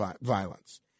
violence